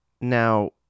Now